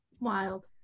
Wild